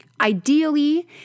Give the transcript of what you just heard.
Ideally